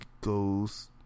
goes